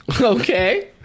Okay